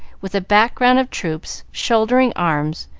with a background of troops shouldering arms,